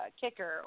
kicker